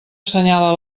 assenyala